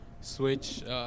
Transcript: switch –